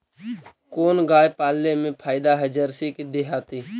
कोन गाय पाले मे फायदा है जरसी कि देहाती?